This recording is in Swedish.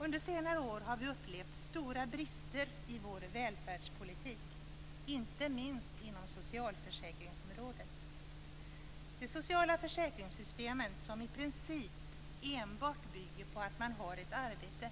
Under senare år har vi upplevt stora brister i vår välfärdspolitik, inte minst inom socialförsäkringsområdet. Det sociala försäkringssystemen, som i princip enbart bygger på att man har ett arbete,